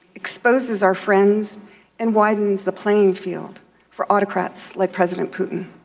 exposes our friends and widens the playing field for autocrats like president putin.